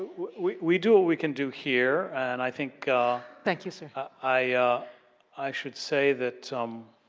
we we do what we can do here, and i think think you, sir. i i should say that um